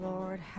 Lord